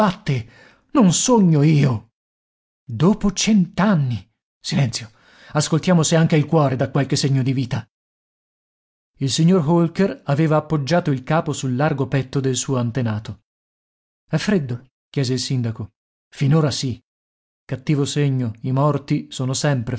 non sogno io dopo cent'anni silenzio ascoltiamo se anche il cuore dà qualche segno di vita il signor holker aveva appoggiato il capo sul largo petto del suo antenato è freddo chiese il sindaco finora sì cattivo segno i morti sono sempre